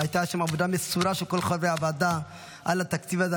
והייתה שם עבודה מסורה של כל חברי הוועדה על התקציב הזה,